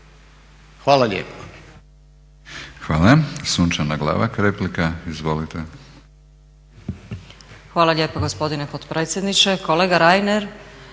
Hvala lijepa.